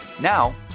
Now